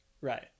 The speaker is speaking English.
right